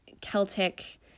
Celtic